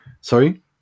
Sorry